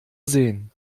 sehen